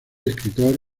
escritor